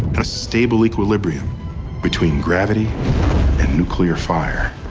a stable equilibrium between gravity and nuclear fire.